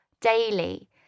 daily